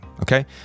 Okay